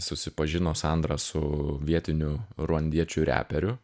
susipažino sandra su vietiniu ruandiečių reperiu